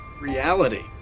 Reality